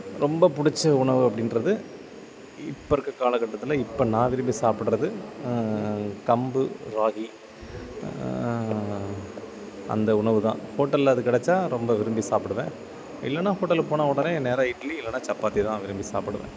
ரொம்ப பிடிச்ச உணவு அப்படின்றது இப்போ இருக்கற காலகட்டத்தில் இப்போ நான் விரும்பி சாப்பிடுறது கம்பு ராகி அந்த உணவு தான் ஹோட்டலில் அது கிடச்சா ரொம்ப விரும்பி சாப்பிடுவேன் இல்லைனா ஹோட்டலுக்கு போன உடனே நேராக இட்லி இல்லைனா சப்பாத்தி தான் விரும்பி சாப்பிடுவேன்